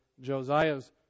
Josiah's